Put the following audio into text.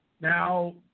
now